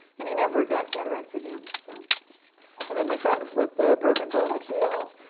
and he never got cataracts again. so and then my friend with the broken bone that healed,